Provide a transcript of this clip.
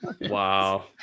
Wow